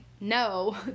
no